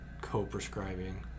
co-prescribing